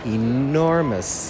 enormous